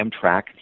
Amtrak